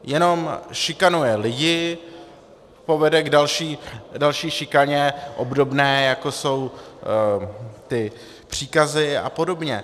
Jenom šikanuje lidi, povede k další šikaně, obdobné, jako jsou ty příkazy a podobně.